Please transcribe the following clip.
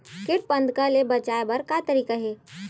कीट पंतगा ले बचाय बर का तरीका हे?